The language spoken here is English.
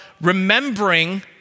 remembering